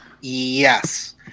Yes